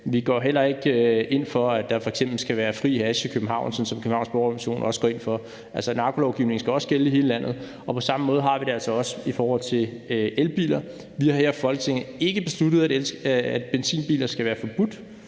Vi går heller ikke ind for, at der f.eks. skal være fri hash i København, som Københavns Borgerrepræsentation også går ind for. Narkolovgivningen skal også gælde i hele landet, og på samme måde har vi det altså også i forhold til elbiler. Vi har her i Folketinget ikke besluttet, at benzinbiler skal være forbudt.